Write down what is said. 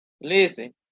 Listen